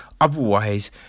otherwise